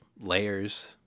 layers